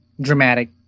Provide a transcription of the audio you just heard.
dramatic